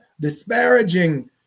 disparaging